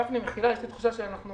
יש לי תחושה שאנחנו